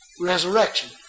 resurrection